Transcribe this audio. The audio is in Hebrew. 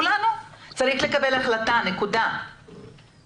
כמו הבדיקות הגנטיות והנושאים